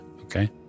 Okay